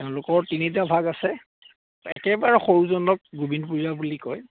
তেওঁলোকৰ তিনিটা ভাগ আছে একেবাৰে সৰুজনক গোবিনপুৰীয়া বুলি কয়